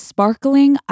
Sparkling